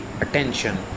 attention